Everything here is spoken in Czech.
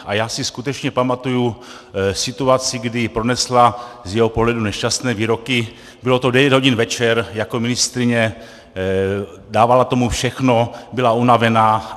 A já si skutečně pamatuju situaci, kdy pronesla z jejího pohledu nešťastné výroky, bylo to v devět hodin večer, jako ministryně, dávala tomu všechno, byla unavená.